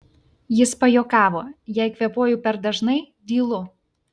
jis pajuokavo jei kvėpuoju per dažnai dylu